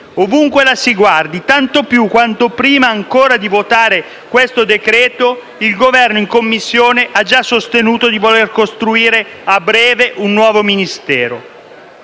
ovunque la si guardi, tanto più che prima ancora di votare questo provvedimento, il Governo, in Commissione, ha già sostenuto di voler costruire a breve un nuovo Ministero.